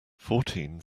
fourteen